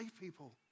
people